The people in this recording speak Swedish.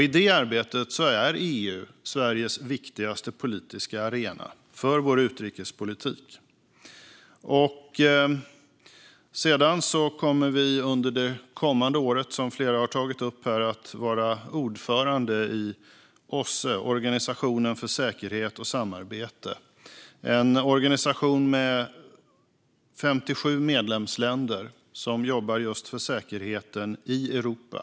I det arbetet är det EU som är Sveriges viktigaste politiska arena för den svenska utrikespolitiken. Vi kommer under det kommande året, som flera har tagit upp här, att vara ordförande i OSSE, Organisationen för säkerhet och samarbete i Europa. Det är en organisation med 57 medlemsländer som jobbar just för säkerheten i Europa.